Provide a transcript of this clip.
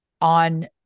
on